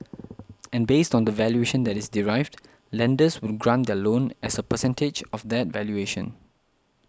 and based on the valuation that is derived lenders would grant their loan as a percentage of that valuation